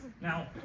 Now